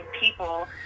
people